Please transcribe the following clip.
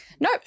No